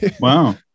Wow